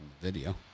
video